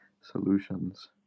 solutions